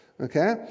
Okay